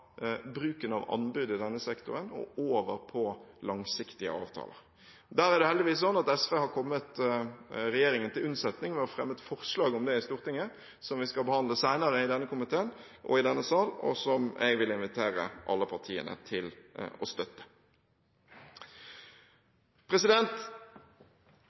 bruken av anbud og over på langsiktige avtaler. Der er det heldigvis sånn at SV har kommet regjeringen til unnsetning ved å fremme et forslag om det i Stortinget, som vi skal behandle senere i denne komiteen og i denne sal, og som jeg vil invitere alle partiene til å